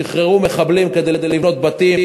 שחררו מחבלים כדי לבנות בתים.